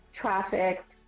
trafficked